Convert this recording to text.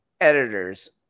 editors